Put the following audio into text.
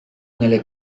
nelle